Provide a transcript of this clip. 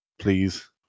please